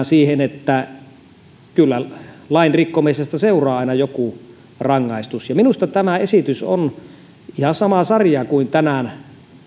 siihen että kyllä lain rikkomisesta seuraa aina joku rangaistus minusta tämä esitys on ihan samaa sarjaa kuin tänään